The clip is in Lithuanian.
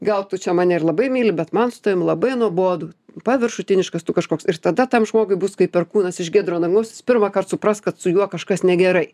gal tu čia mane ir labai myli bet man su tavim labai nuobodu paviršutiniškas tu kažkoks ir tada tam žmogui bus kaip perkūnas iš giedro dangaus jis pirmąkart supras kad su juo kažkas negerai